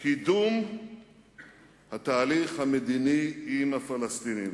קידום התהליך המדיני עם הפלסטינים,